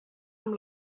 amb